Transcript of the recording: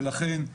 ולכן,